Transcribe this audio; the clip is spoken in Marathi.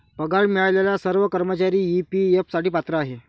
पगार मिळालेले सर्व कर्मचारी ई.पी.एफ साठी पात्र आहेत